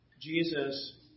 Jesus